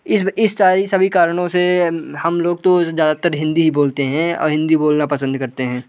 इन सारी सभी कारणों से हम लोग तो ज़्यादातर हिंदी ही बोलते हैं और हिंदी बोलना पसंद करते हैं